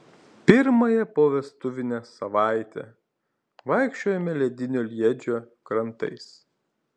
pirmąją povestuvinę savaitę vaikščiojome ledinio liedžio krantais